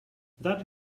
that